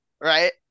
right